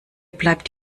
bleibt